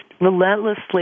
relentlessly